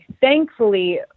thankfully